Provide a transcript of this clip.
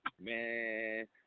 man